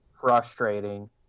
frustrating